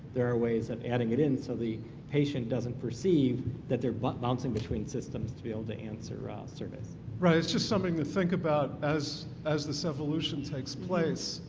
there are ways of adding it in so the patient doesn't perceive that they're but bouncing between systems to be able to answer surveys. right, it's just something to think about as as this evolution takes place.